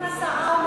מה?